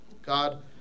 God